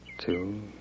Two